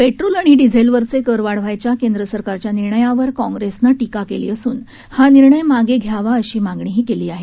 petrol आणि डिझेलवरचे कर वाढवायच्या केंद्र सरकारच्या निर्णयावर काँग्रेसनं टीका केली असून हा निर्णय मागं घ्यावा अशी मागणीही केली आहे